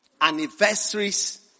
Anniversaries